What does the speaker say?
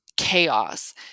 chaos